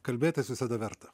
kalbėtis visada verta